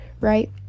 right